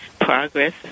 progress